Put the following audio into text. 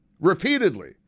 Repeatedly